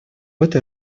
этой